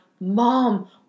Mom